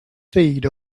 feed